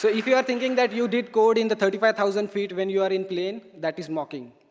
so if you are thinking that you did code in the thirty five thousand feet when you are in plane, that is mocking.